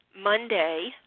monday